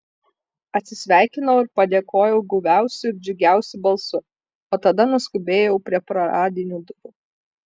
atsisveikinau ir padėkojau guviausiu ir džiugiausiu balsu o tada nuskubėjau prie paradinių durų